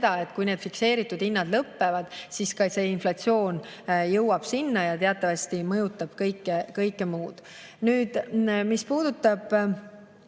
et kui need fikseeritud hinnad lõpevad, siis ka inflatsioon jõuab sinna ja teatavasti mõjutab kõike muud. Mis puudutab